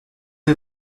est